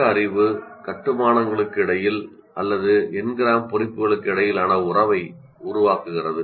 பகுத்தறிவு கட்டுமானங்களுக்கிடையில் அல்லது பொறிப்புகளுக்கு இடையிலான உறவை உருவாக்குகிறது